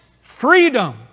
freedom